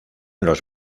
los